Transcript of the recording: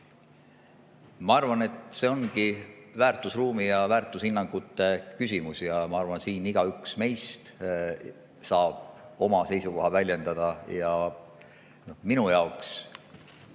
Ma arvan, et see ongi väärtusruumi ja väärtushinnangute küsimus. Ja ma arvan, et siin igaüks meist saab oma seisukohta väljendada. Minu jaoks